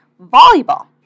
volleyball